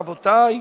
רבותי.